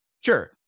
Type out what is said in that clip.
Sure